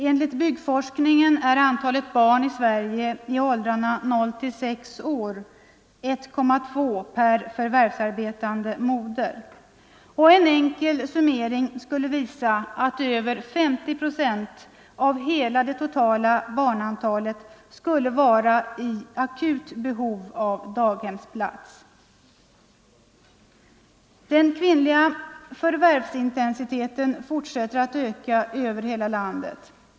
Enligt Byggforskningen finns det i Sverige 1,2 barn i åldrarna 0-6 år per förvärvsarbetande moder. En enkel summering visar att över 50 procent av det totala barnantalet skulle vara i akut behov av daghemsplats. Den kvinnliga förvärvsintensiteten fortsätter att öka över hela landet.